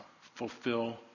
fulfill